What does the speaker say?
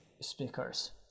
speakers